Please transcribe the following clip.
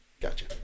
Gotcha